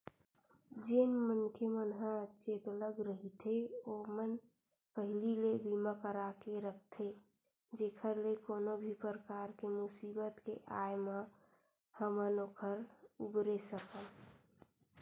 जेन मनखे मन ह चेतलग रहिथे ओमन पहिली ले बीमा करा के रखथे जेखर ले कोनो भी परकार के मुसीबत के आय म हमन ओखर उबरे सकन